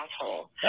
asshole